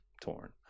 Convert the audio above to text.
torn